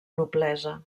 noblesa